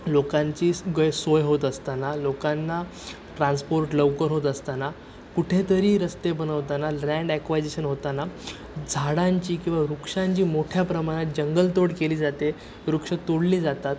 लोकांची गै सोय होत असताना लोकांना ट्रान्स्पोर्ट लवकर होत असताना कुठेतरी रस्ते बनवताना लँड ॲक्वायजेशन होताना झाडांची किंवा वृक्षांची मोठ्या प्रमाणात जंगल तोड केली जाते वृक्ष तोडले जातात